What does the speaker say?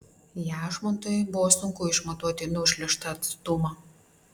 jašmontui buvo sunku išmatuoti nušliuožtą atstumą